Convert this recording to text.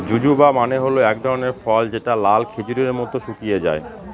জুজুবা মানে হল এক ধরনের ফল যেটা লাল খেজুরের মত শুকিয়ে যায়